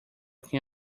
can